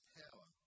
power